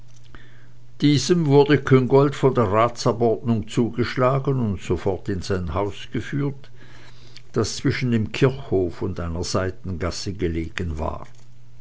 diesem wurde küngolt von der ratsabordnung zugeschlagen und sofort in sein haus geführt das zwischen dem kirchhof und einer seitengasse gelegen war